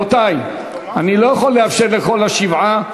אני לא יכול לאפשר לכל השבעה.